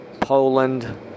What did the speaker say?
Poland